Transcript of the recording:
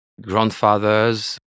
grandfather's